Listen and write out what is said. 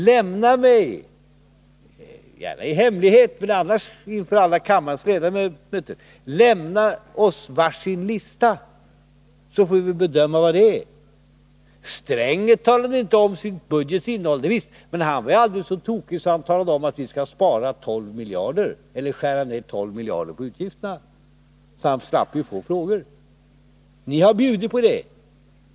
Lämna oss — gärna i hemlighet, men annars inför alla kammarens ledamöter — var sin lista, så får vi väl bedöma dem. Gunnar Sträng avslöjade aldrig sin budgets innehåll, säger ni. Nej visst, men han var ju heller aldrig så tokig att han talade om att vi skulle spara 12 miljarder eller skära ner 12 miljarder på utgifterna, så han slapp att få sådana frågor. Ni har bjudit på det.